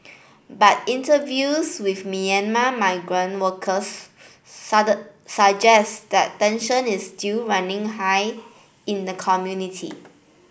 but interviews with Myanmar migrant workers suggest that tension is still running high in the community